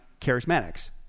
Charismatics